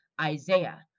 Isaiah